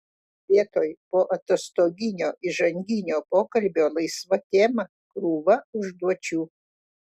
vietoj poatostoginio įžanginio pokalbio laisva tema krūva užduočių